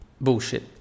bullshit